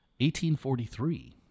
1843